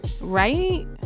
Right